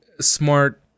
smart